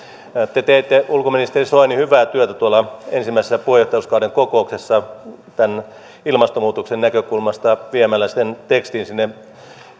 te teette ulkoministeri soini hyvää työtä tuolla ensimmäisessä puheenjohtajuuskauden kokouksessa tämän ilmastonmuutoksen näkökulmasta viemällä sen tekstin sinne